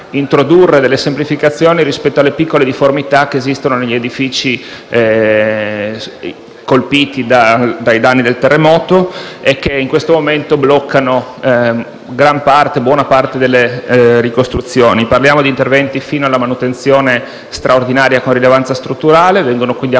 delle semplificazioni rispetto alle piccole difformità esistenti negli edifici colpiti dai danni del terremoto e che in questo momento bloccano buona parte delle ricostruzioni. Ci riferiamo a interventi fino alla manutenzione straordinaria con rilevanza strutturale: vengono quindi accorpati